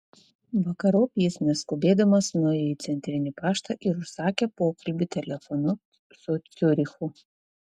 vakarop jis neskubėdamas nuėjo į centrinį paštą ir užsakė pokalbį telefonu su ciurichu